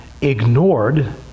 ignored